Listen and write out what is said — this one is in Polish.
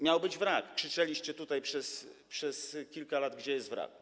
Miał być wrak, krzyczeliście tutaj przez kilka lat: Gdzie jest wrak?